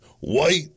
white